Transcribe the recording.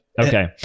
Okay